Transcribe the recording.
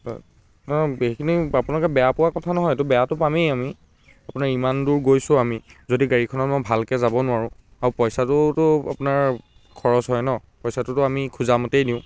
সেইখিনি আপোনালোকে বেয়া পোৱা কথা নহয় এইটো বেয়াটো পামেই আমি আপোনাৰ ইমান দূৰ গৈছোঁ আমি যদি গাড়ীখনত মই ভালকৈ যাব নোৱাৰোঁ আৰু পইচাটোওতো আপোনাৰ খৰচ হয় ন পইচাটোতো আমি খোজা মতেই দিওঁ